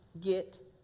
get